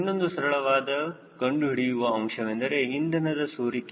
ಇನ್ನೊಂದು ಸರಳವಾಗಿ ಕಂಡುಹಿಡಿಯುವ ಅಂಶವೆಂದರೆ ಇಂಧನದ ಸೋರಿಕೆ